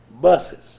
buses